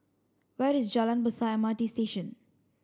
where is Jalan Besar M R T Station